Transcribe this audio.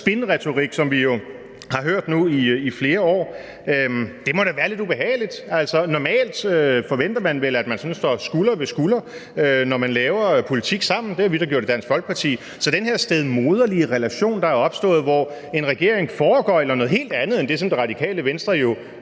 den der spinretorik, som vi har hørt nu i flere år, det må da være lidt ubehageligt. Normalt forventer man vel, at man står skulder ved skulder, når man laver politik sammen – det har vi da gjort i Dansk Folkeparti. Så den her stedmoderlige relation, der er opstået, hvor en regering foregøgler noget helt andet end det, som Det Radikale Venstre jo